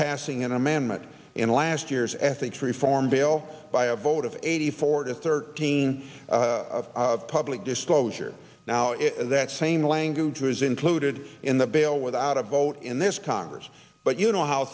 passing an amendment in last year's ethics reform bill by a vote of eighty four to thirteen public disclosure now that same language was included in the bill without a vote in this congress but you know how